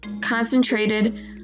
concentrated